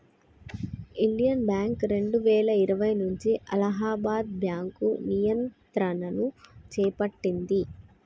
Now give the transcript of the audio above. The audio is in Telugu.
ఇండియన్ బ్యాంక్ రెండువేల ఇరవై నుంచి అలహాబాద్ బ్యాంకు నియంత్రణను చేపట్టింది